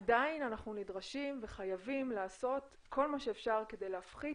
עדיין אנחנו נדרשים וחייבים לעשות כל מה שאפשר כדי להפחית